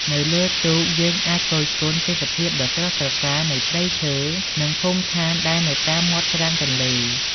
នៅលើទូក យើងអាចគយគន់ទេសភាពដ៏ស្រស់ត្រកាលនៃព្រៃឈើ និងភូមិឋានដែលនៅតាមមាត់ច្រាំងទន្លេ។